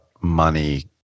money